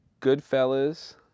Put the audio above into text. Goodfellas